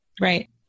right